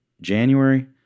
January